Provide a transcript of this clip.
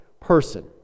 person